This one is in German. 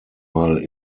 mal